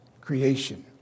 creation